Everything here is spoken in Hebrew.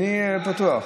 אני פתוח.